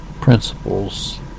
principles